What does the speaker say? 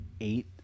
eight